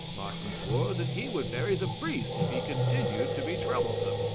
martin swore that he would bury the priest if he continued to be troublesome.